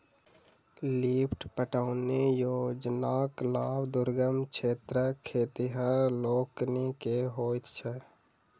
lift पटौनी योजनाक लाभ दुर्गम क्षेत्रक खेतिहर लोकनि के होइत छै